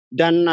dan